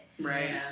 Right